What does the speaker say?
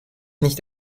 nicht